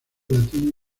latino